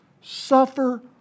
suffer